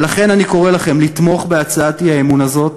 ולכן אני קורא לכם לתמוך בהצעת האי-אמון הזאת,